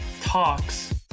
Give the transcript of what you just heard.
Talks